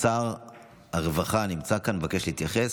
שר הרווחה נמצא כאן ומבקש להתייחס.